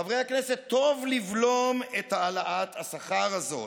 חברי הכנסת, טוב לבלום את העלאת השכר הזאת,